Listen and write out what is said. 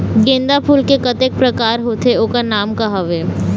गेंदा फूल के कतेक प्रकार होथे ओकर नाम का हवे?